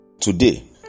Today